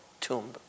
tomb